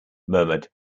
murmured